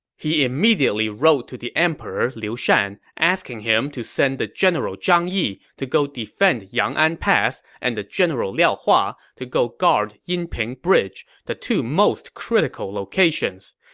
he immediately wrote to the emperor liu shan, asking him to send the general zhang yi to go defend yang'an pass and the general liao hua to go guard yinping bridge, the two most critical locations.